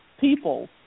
people